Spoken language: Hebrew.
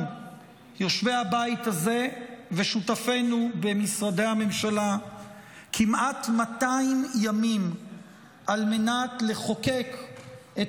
יושבי הבית הזה ושותפינו במשרדי הממשלה כמעט 200 ימים על מנת לחוקק את